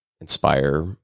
inspire